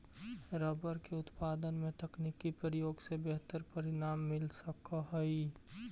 rubber के उत्पादन में तकनीकी प्रयोग से बेहतर परिणाम मिल सकऽ हई